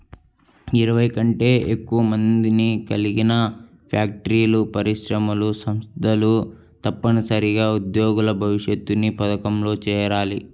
ఇరవై కంటే ఎక్కువ మందిని కలిగిన ఫ్యాక్టరీలు, పరిశ్రమలు, సంస్థలు తప్పనిసరిగా ఉద్యోగుల భవిష్యనిధి పథకంలో చేరాలి